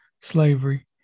slavery